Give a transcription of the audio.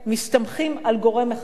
מסתמכים על גורם אחד בלבד.